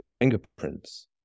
fingerprints